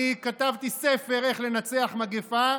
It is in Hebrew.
אני כתבתי ספר איך לנצח מגפה,